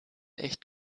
echt